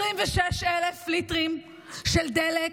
26,000 ליטרים של דלק